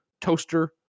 Toaster